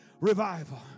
Revival